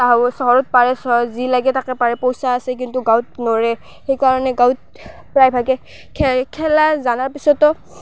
তাহো চহৰত পাৰে চহৰত যি লাগে তাকে পাৰে পইচা আছে কিন্তু গাঁৱত নৰে সেইকাৰণে গাঁৱত প্ৰায়ভাগে খেই খেলা জানাৰ পিছতো